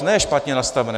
Ne špatně nastavené.